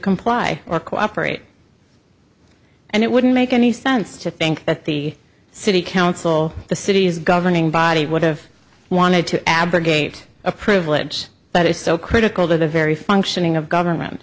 comply or cooperate and it wouldn't make any sense to think that the city council the city's governing body would have wanted to abrogate a privilege that is so critical to the very functioning of government